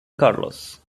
carlos